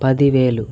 పది వేలు